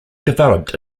developed